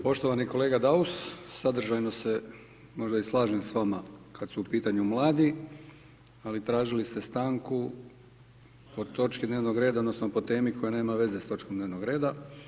Poštovani kolega Daus, sadržajno se možda i slažem s vama kad su u pitanju mladi, ali tražili ste stanku po točki dnevnog reda, odnosno po temi koja nema veze s točkom dnevnog reda.